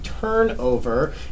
turnover